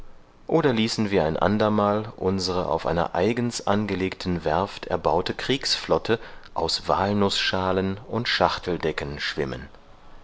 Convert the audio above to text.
oder ließen wir ein andermal unsere auf einer eigens angelegten werft erbaute kriegsflotte aus walnußschalen und schachteldeckeln schwimmen